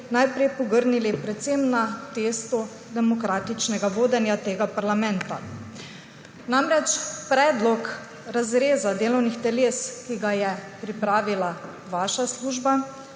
najprej pogrnili predvsem na testu demokratičnega vodenja tega parlamenta. Namreč, predlog razreza delovnih teles, ki ga je pripravila vaša služba